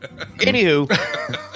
Anywho